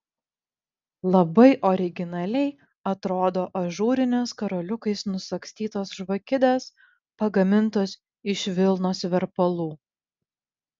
labai originaliai atrodo ažūrinės karoliukais nusagstytos žvakidės pagamintos iš vilnos verpalų